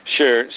Sure